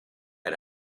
and